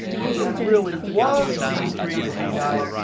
if it really was b three to b nine,